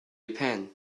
pen